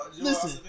Listen